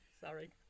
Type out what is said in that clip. Sorry